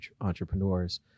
entrepreneurs